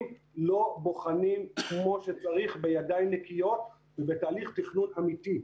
לא בוחנים כמו שצריך בידיים נקיות ובתהליך תכנון אמיתי.